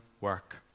work